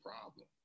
problem